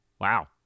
Wow